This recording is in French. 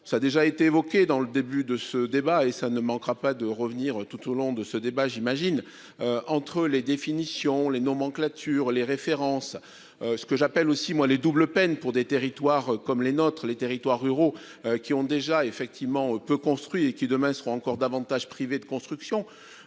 ça a déjà été évoquée dans le début de ce débat et ça ne manquera pas de revenir tout au long de ce débat, j'imagine. Entre les définitions les nomenclatures les références. Ce que j'appelle aussi moi les double peine pour des territoires comme les nôtres, les territoires ruraux qui ont déjà effectivement peu construit et qui demain seront encore davantage. Privé de construction.